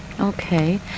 okay